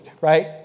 right